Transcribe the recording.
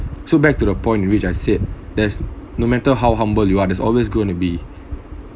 so back to the point which I said there's no matter how humble you are there's always going to be